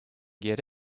get